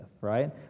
right